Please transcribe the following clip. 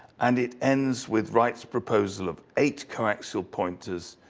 and it ends with wright's proposal of eight coaxial pointers,